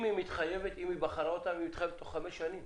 אם היא בחרה אותם, היא מתחייבת בתוך חמש שנים